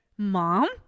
mom